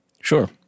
Sure